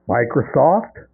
Microsoft